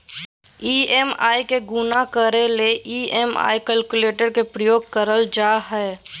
EMI के गणना करे ले ई.एम.आई कैलकुलेटर के प्रयोग करल जा हय